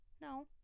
no